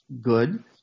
good